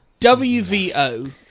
WVO